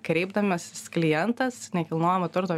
kreipdamasis klientas nekilnojamo turto